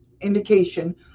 indication